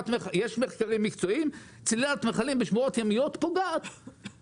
יש מחקרים מקצועיים שמראים שצלילת מכלים בשמורות ימיות פוגעת בדגה.